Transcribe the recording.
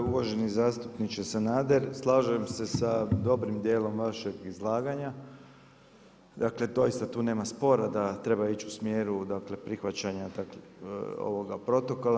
Uvaženi zastupniče Sanader, slažem se sa dobrim djelom vašeg izlaganja, dakle doista tu nema spora da treba ići u smjeru prihvaćanja ovog protokola.